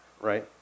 right